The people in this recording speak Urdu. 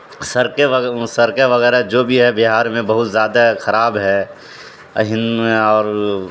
سڑکیں سڑکیں وغیرہ جو بھی ہے بہار میں بہت زیادہ خراب ہے اور